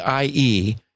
IE